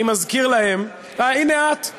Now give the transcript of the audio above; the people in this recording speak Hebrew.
אני מזכיר להם, אה, הנה, את.